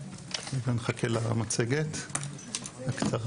אני ארחיב קצת, מכתב